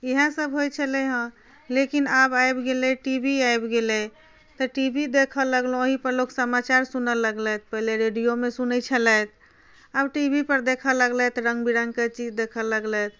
इएह सब होइ छलै हँ लेकिन आब आबि गेलै टी वी आबि गेलै तऽ टी वी देखऽ लगलहुँ ओहिपर लोक समाचार सुनै लगलथि पहिले रेडिओमे सुने छलथि आब टी वी पर देखऽ लगलथि रङ्गबिरङ्गके चीज देखऽ लगलथि